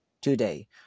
Today